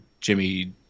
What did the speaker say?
Jimmy